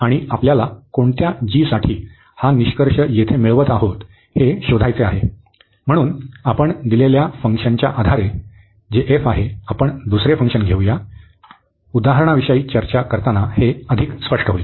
आणि आपल्याला कोणत्या g साठी हा निष्कर्ष येथे मिळवत आहोत हे शोधायचे आहे म्हणून आपण दिलेल्या f फंक्शनच्या आधारे आपण दुसरे फंक्शन घेऊ या उदाहरणाविषयी चर्चा करताना हे अधिक स्पष्ट होईल